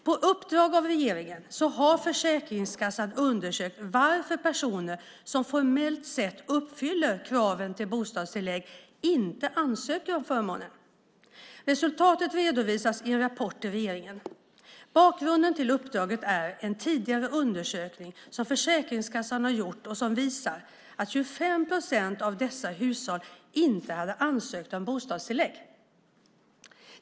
På uppdrag av regeringen har Försäkringskassan undersökt varför personer som formellt sett uppfyller kraven för bostadstillägg inte ansöker om förmånen. Resultatet redovisas i en rapport till regeringen. Bakgrunden till uppdraget är en tidigare undersökning som Försäkringskassan har gjort och som visade att 25 procent av dessa hushåll inte hade ansökt om bostadstillägg.